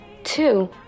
Two